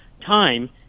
time